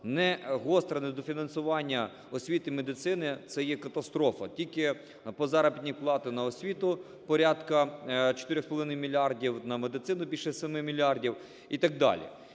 Гостре недофінансування освіти, медицини – це є катастрофа: тільки по заробітній платі на освіту – порядку 4,5 мільярдів, на медицину – більше 7 мільярдів і так далі.